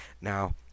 Now